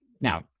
Now